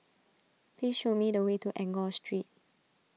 please show me the way to Enggor Street